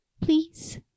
Please